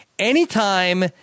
Anytime